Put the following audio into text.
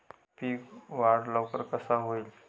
पीक वाढ लवकर कसा होईत?